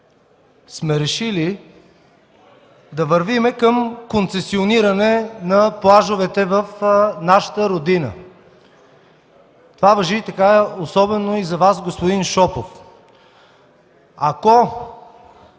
сме решили да вървим към концесиониране на плажовете в нашата родина. Това важи особено за Вас, господин Шопов. Ако